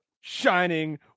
shining